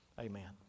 Amen